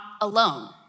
alone